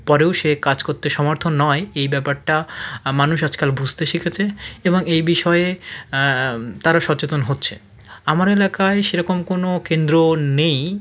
পরেও সে কাজ করতে সমর্থন নয় এই ব্যাপারটা মানুষ আজকাল বুসতে শিখেছে এবং এই বিষয়ে তারা সচেতন হচ্ছে আমার এলাকায় সেরকম কোনো কেন্দ্র নেই